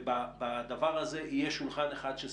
ובדבר הזה יהיה שולחן אחד.